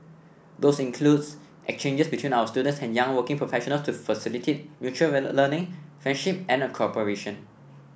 those includes exchanges between our students and young working professional to facilitate mutual learning friendship and cooperation